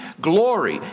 glory